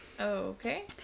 Okay